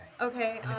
Okay